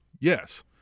yes